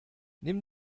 nimm